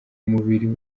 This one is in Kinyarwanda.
umubiri